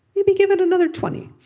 maybe give it another twenty.